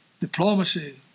Diplomacy